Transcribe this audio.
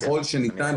ככל שניתן,